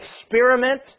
experiment